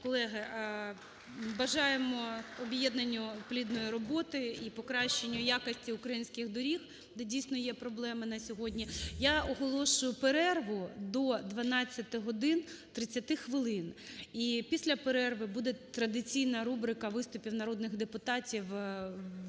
Колеги, бажаємо об'єднанню плідної роботи і покращанню якості українських доріг, де дійсно є проблеми на сьогодні. Я оголошую перерву до 12 годин 30 хвилин. І після перерви буде традиційна рубрика виступів народних депутатів в